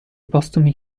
postumi